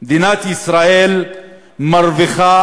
כי בדקתי שמשרד הרווחה